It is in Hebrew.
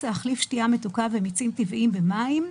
להחליף שתייה מתוקה ומיצים טבעיים במים,